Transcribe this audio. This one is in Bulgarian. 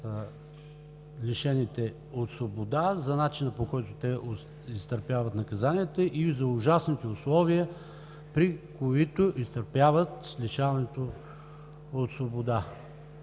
лишените от свобода, за начина, по който те изтърпяват наказанията и за ужасните условия, при които изтърпяват лишаването от свобода.